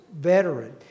veteran